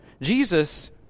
Jesus